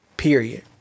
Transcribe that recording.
Period